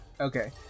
Okay